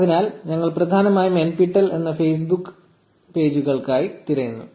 അതിനാൽ ഞങ്ങൾ പ്രധാനമായും nptel എന്ന ഫേസ്ബുക്ക് പേജുകൾക്കായി തിരയുന്നു